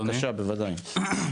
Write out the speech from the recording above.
בבקשה, בוודאי.